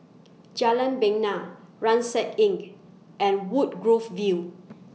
Jalan Bena Rucksack Innk and Woodgrove View